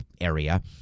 area